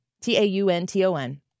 T-A-U-N-T-O-N